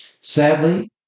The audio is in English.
Sadly